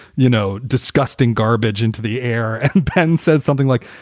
you know, disgusting garbage into the air. and ben says something like,